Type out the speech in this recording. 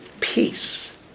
Peace